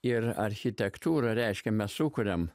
ir architektūra reiškia mes sukuriam